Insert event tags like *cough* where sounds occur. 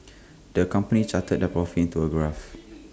the company *noise* charted their profits into A graph *noise*